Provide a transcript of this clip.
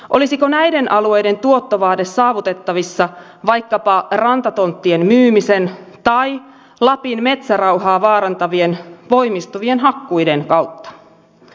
olisiko näiden alueiden tuottovaade saavutettavissa vaikkapa rantatonttien myymisen tai lapin metsärauhaa vaarantavien voimistuvien hakkuiden kautta